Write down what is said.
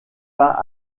pas